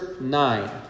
nine